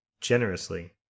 generously